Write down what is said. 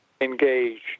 engaged